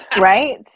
Right